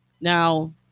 Now